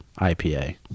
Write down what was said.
IPA